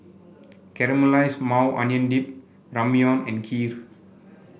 Caramelized Maui Onion Dip Ramyeon and Kheer